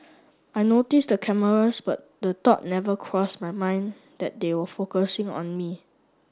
I noticed the cameras but the thought never crossed my mind that they were focusing on me